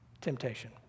temptation